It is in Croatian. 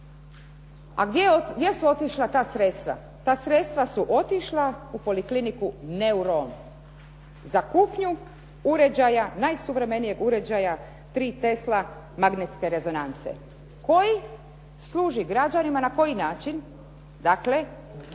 A gdje su otišla ta sredstva? Ta sredstva su otišla u Polikliniku "Neuron" za kupnju najsuvremenijeg uređaja "3 Tesla" magnetske rezonance koji služi građanima, na koji način? Dakle, dobijeno